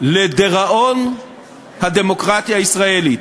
לדיראון הדמוקרטיה הישראלית.